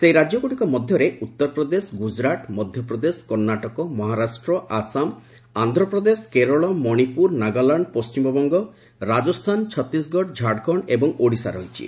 ସେହି ରାଜ୍ୟଗ୍ରଡ଼ିକ ମଧ୍ୟରେ ଉତ୍ତରପ୍ରଦେଶ ଗୁଜରାଟ ମଧ୍ୟପ୍ରଦେଶ କର୍ଷ୍ଣାଟକ ମହାରାଷ୍ଟ୍ର ଆସାମ ଆନ୍ଧ୍ରପ୍ରଦେଶ କେରଳ ମଣିପୁର ନାଗାଲାଣ୍ଡ ପଣ୍ଢିମବଙ୍ଗ ରାଜସ୍ଥାନ ଛତିଶଗଡ଼ ଝାଡ଼ଖଣ୍ଡ ଏବଂ ଓଡ଼ିଶା ରହିଛି